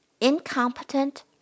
incompetent